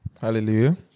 Hallelujah